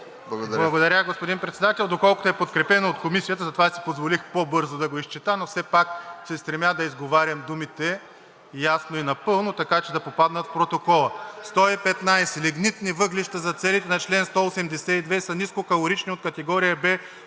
Благодаря, господин Председател. Доколкото е подкрепено от Комисията, затова си позволих по-бързо да го изчета, но все пак се стремя да изговарям думите ясно и напълно, така че да попаднат в протокола. „115. „Лигнитни въглища“ за целите на чл. 182 са нискокалорични от категория В,